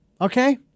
Okay